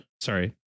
sorry